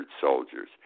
soldiers